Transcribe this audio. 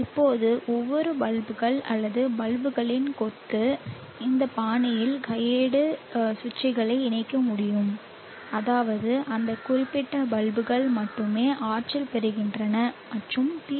இப்போது ஒவ்வொரு பல்புகள் அல்லது பல்புகளின் கொத்து இந்த பாணியில் கையேடு சுவிட்சுகளை இணைக்க முடியும் அதாவது அந்த குறிப்பிட்ட பல்புகள் மட்டுமே ஆற்றல் பெறுகின்றன மற்றும் பி